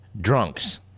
drunks